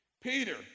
Peter